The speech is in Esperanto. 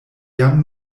jam